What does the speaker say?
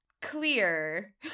clear